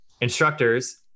instructors